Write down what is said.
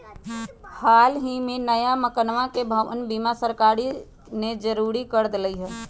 हल ही में नया मकनवा के भवन बीमा सरकार ने जरुरी कर देले है